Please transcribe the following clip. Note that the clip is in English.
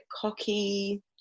cocky